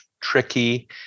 tricky